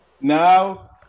now